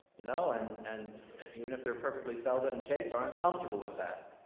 you know and and and even if they're perfectly celibate and chaste, are uncomfortable with that.